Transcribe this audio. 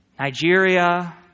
Nigeria